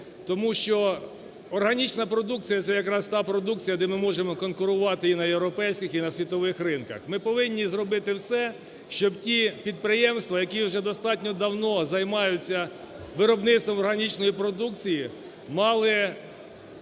тому що органічна продукція – це якраз та продукція, де ми можемо конкурувати і на європейських, і на світових ринках. Ми повинні зробити все, щоб ті підприємства, які вже достатньо давно займаються виробництвом органічної продукції, мали